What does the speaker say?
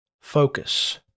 focus